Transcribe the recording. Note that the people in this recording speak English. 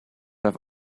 i’ve